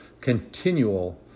continual